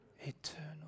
Eternal